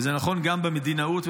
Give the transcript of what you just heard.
וזה נכון גם במדינאות ובביטחון.